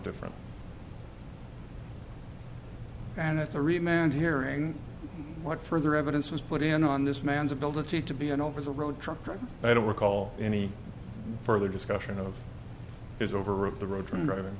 different than a three man hearing what further evidence was put in on this man's ability to be an over the road truck driver i don't recall any further discussion of his over of the road from driving